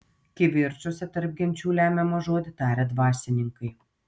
kivirčuose tarp genčių lemiamą žodį taria dvasininkai